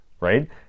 right